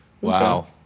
Wow